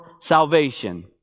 salvation